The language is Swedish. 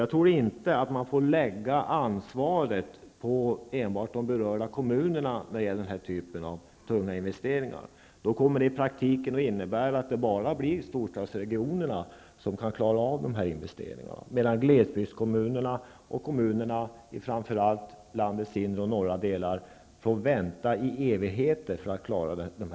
Jag tror inte att man får lägga ansvaret enbart på de berörda kommunerna när det gäller den här typen av tunga investeringar. Då kommer det i praktiken att innebära att det bara blir storstadsregionerna som kan klara av dessa investeringar, medan glesbygdskommunerna och framför allt kommunerna i landets inre och norra delar får vänta i evigheter för att klara dem.